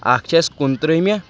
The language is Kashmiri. اَکھ چھِ اَسہِ کُنہٕ ترٛٲہمہِ